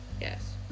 Yes